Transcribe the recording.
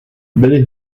byly